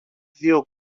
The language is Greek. δυο